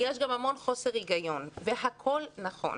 שנים, ויש גם המון חוסר היגיון, הכול נכון.